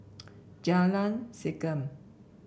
Jalan Segam